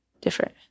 different